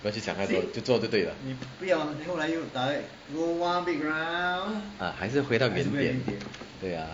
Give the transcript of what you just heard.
不要去想太多去做就对了 ah 还是回到原点对 ah